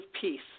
peace